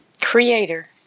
creator